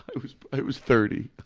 i was was thirty.